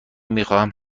میخواهم